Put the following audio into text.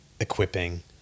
equipping